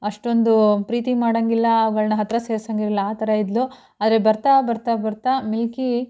ಅಷ್ಟೊಂದು ಪ್ರೀತಿ ಮಾಡೋಂಗಿಲ್ಲ ಅವುಗಳನ್ನು ಹತ್ತಿರ ಸೇರ್ಸೋಂಗಿಲ್ಲ ಆ ಥರ ಇದ್ದಳು ಆದರೆ ಬರ್ತಾ ಬರ್ತಾ ಬರ್ತಾ ಮಿಲ್ಕಿ